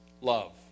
love